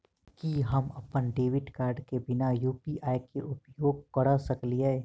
की हम अप्पन debit card केँ बिना यु.पी.आई केँ उपयोग करऽ सकलिये?